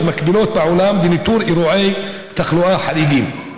מקבילות בעולם וניטור אירועי תחלואה חריגים.